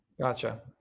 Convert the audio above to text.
Gotcha